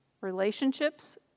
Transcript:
relationships